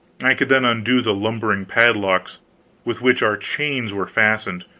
i could then undo the lumbering padlocks with which our chains were fastened,